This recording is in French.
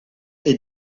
est